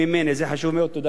אני מאוד מודה לך, אדוני.